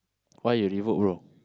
why you revoke bro